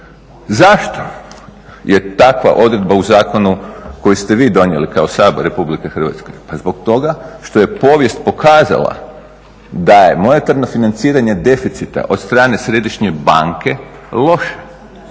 Zašto je takva odredba u zakonu koji ste vi donijeli kao Sabor RH? Pa zbog toga što je povijest pokazala da je monetarno financiranje deficita od strane središnje banke loše.